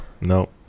No